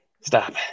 Stop